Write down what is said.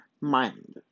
mind